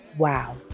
Wow